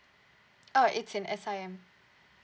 oh it's in S_I_M